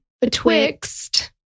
Betwixt